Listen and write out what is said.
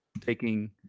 taking